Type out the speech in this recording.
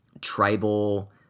tribal